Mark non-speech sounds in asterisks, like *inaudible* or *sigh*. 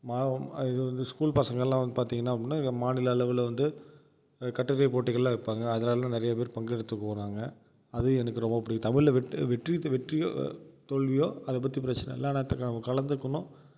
*unintelligible* இது வந்து ஸ்கூல் பசங்கள்லாம் வந்து பார்த்தீங்கன்னா அப்படின்னா மாநில அளவில் வந்து கட்டுரை போட்டிகள்லாம் வைப்பாங்க அதிலலாம் நிறையா பேர் பங்கெடுத்துப் போனாங்க அது எனக்கு ரொம்ப பிடிக்கும் தமிழில் வெற்றியோ தோல்வியோ அதை பற்றி பிரச்சனை இல்லை ஆனால் *unintelligible* கலந்துக்கணும்